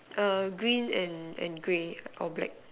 err green and and grey or black